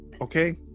Okay